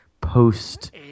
post